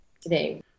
today